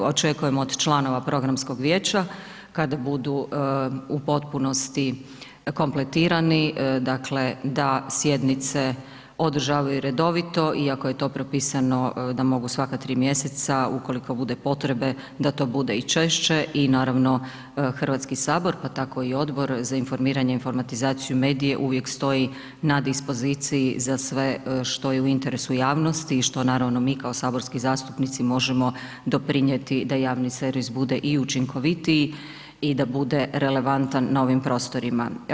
Očekujem od članova programskog vijeća kada budu u potpunosti kompletirani, dakle, da sjednice održavaju redovito iako je to propisano da mogu svaka tri mjeseca, ukoliko bude potrebe da to bude i češće i naravno HS, pa tako i Odbor za informiranje i informatizaciju medije uvijek stoji na dispoziciji za sve što je u interesu javnosti i što naravno mi kao saborski zastupnici možemo doprinjeti da javni servis bude i učinkovitiji i da bude relevantan na ovim prostorima.